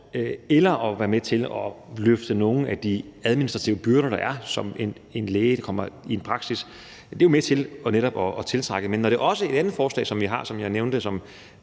eller være med til at løfte nogle af de administrative byrder, som en læge, der kommer i en praksis, har. Det er jo netop med til at tiltrække dem. Men når det andet forslag, som fru Liselott Blixt nævner